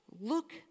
look